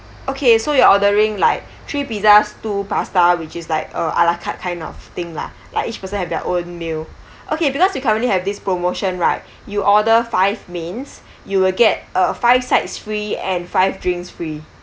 okay so you're ordering like three pizzas two pasta which is like uh ala carte kind of thing lah like each person have their own meal okay because we currently have this promotion right you order five mains you will get uh five sides free and five drinks free